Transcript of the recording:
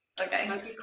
Okay